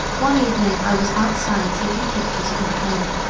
one evening, i was outside taking pictures of my home.